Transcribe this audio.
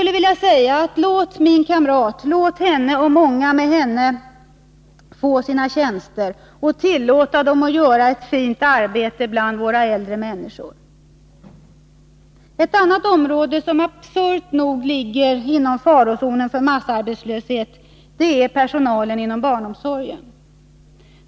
Låt min kamrat och många med henne få sina tjänster och tillåt dem göra ett fint arbete bland våra äldre människor! Andra som absurt nog ligger inom farozonen då det gäller massarbetslöshet är de som är anställda inom barnomsorgen.